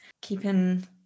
keeping